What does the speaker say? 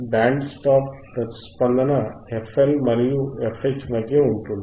band stop ప్రతిస్పందన fL మరియు fH మధ్య ఉంటుంది